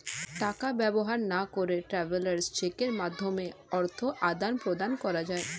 টাকা ব্যবহার না করে ট্রাভেলার্স চেকের মাধ্যমে অর্থ আদান প্রদান করা যায়